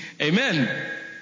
Amen